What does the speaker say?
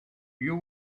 you